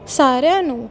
ਸਾਰਿਆਂ ਨੂੰ